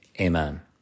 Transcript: Amen